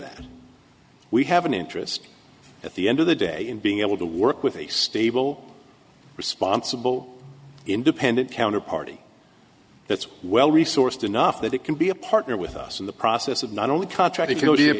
that we have an interest at the end of the day in being able to work with a stable responsible independent counter party that's well resourced enough that it can be a partner with us in the process of not only contract